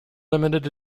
limited